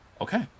Okay